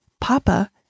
Papa